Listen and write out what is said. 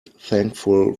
thankful